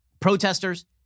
protesters